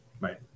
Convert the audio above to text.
Right